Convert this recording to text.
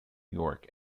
york